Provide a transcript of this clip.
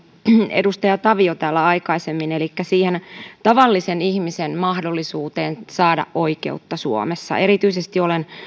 edustaja tavio täällä aikaisemmin elikkä siihen tavallisen ihmisen mahdollisuuteen saada oikeutta suomessa erityisesti olen